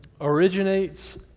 originates